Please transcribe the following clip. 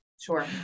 Sure